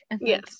yes